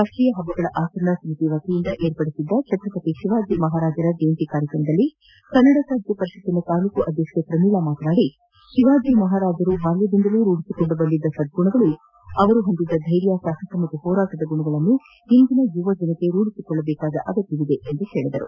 ರಾಷ್ಟೀಯ ಹಬ್ಬಗಳ ಆಚರಣಾ ಸಮಿತಿ ವತಿಯಿಂದ ವಿರ್ಪಡಿಸಿದ್ದ ಛತ್ರಪತಿ ಶಿವಾಜಿ ಮಹಾರಾಜರ ಜಯಂತಿ ಕಾರ್ಕ್ರಮದಲ್ಲಿ ಕನ್ನಡ ಸಾಹಿತ್ಯ ಪರಿಷತ್ತಿನ ತಾಲೂಕು ಅಧ್ವಕ್ಷೆ ಪ್ರಮೀಳಾ ಮಾತನಾಡಿ ಶಿವಾಜಿ ಬಾಲ್ಕದಿಂದಲೂ ರೂಢಿಸಿಕೊಂಡು ಬಂದ ಸದ್ಗುಣಗಳು ಆತನ ಹೊಂದಿದ್ದ ಧೈರ್ಯ ಸಾಹಸ ಹಾಗೂ ಹೋರಾಟದ ಗುಣಗಳನ್ನು ಇಂದಿನ ಯುವಜನಾಂಗ ರೂಢಿಸಿಕೊಳ್ಳುವುದು ಅಗತ್ಜವಾಗಿದೆ ಎಂದು ತಿಳಿಸಿದರು